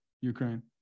Ukraine